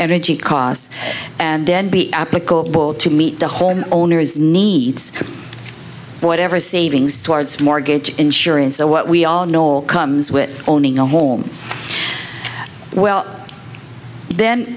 energy costs and then be applicable to meet the home owner's needs whatever savings towards mortgage insurance or what we all know all comes with owning a home well then